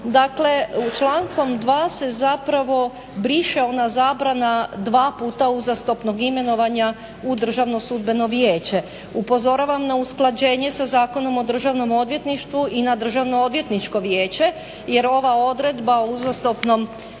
dakle člankom 2.se zapravo briše ona zabrana dva puta uzastopnog imenovanja u Državno sudbeno vijeće. Upozoravam na usklađenje sa Zakonom o Državnom odvjetništvu i na Državno odvjetničko vijeće jer ova odredba o uzastopnom biranju